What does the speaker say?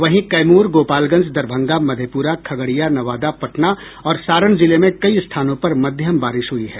वहीं कैमूर गोपालगंज दरभंगा मधेप्रा खगड़िया नवादा पटना और सारण जिले में कई स्थानों पर मध्यम बारिश हुई है